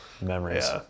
memories